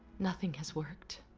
nothing has worked.